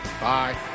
Bye